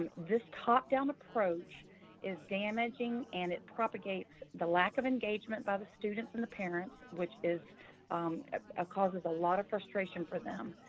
um this top down approach is damaging and it propagates the lack of engagement by the students and the parents, which is a cause of a lot of frustration for them.